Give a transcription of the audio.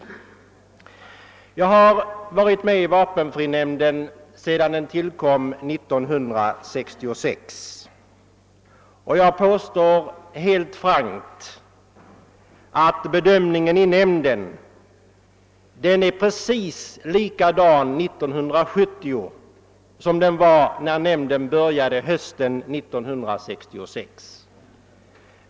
Jag har varit med i vapenfrinämnden sedan den tillkom, och jag påstår helt frankt att dess bedömning är precis likadan år 1970 som den var när nämnden började sin verksamhet hösten 1966.